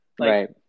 Right